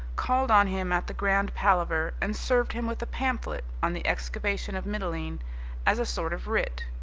called on him at the grand palaver and served him with a pamphlet on the excavation of mitylene as a sort of writ.